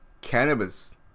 cannabis